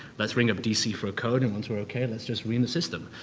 let's ring up d c. for a code and once we're okay let's just run the system.